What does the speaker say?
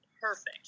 perfect